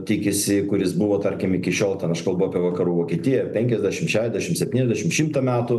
tikisi kuris buvo tarkim iki šiol ten aš kalbu apie vakarų vokietiją penkiasdešim šešdešim septyniasdešim šimtą metų